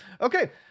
okay